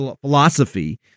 philosophy